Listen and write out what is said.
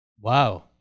Wow